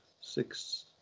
six